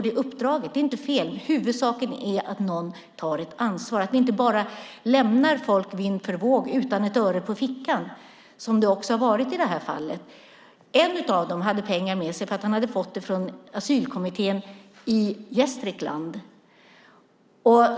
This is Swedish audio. Det är inte fel. Huvudsaken är att någon tar ett ansvar och att vi inte bara lämnar folk vind för våg utan ett öre på fickan som det har varit i detta fall. En av dem hade pengar med sig för att han hade fått dem från asylkommittén i Gästrikland.